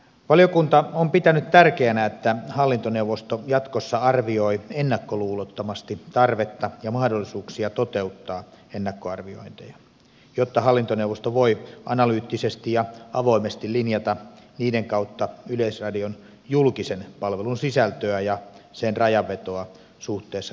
valiokunta on pitänyt tärkeänä että hallintoneuvosto jatkossa arvioi ennakkoluulottomasti tarvetta ja mahdollisuuksia toteuttaa ennakkoarviointeja jotta hallintoneuvosto voi analyyttisesti ja avoimesti linjata niiden kautta yleisradion julkisen palvelun sisältöä ja sen rajanvetoa suhteessa kaupallisiin toimijoihin